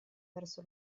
verso